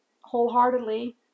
wholeheartedly